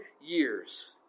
years